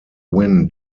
win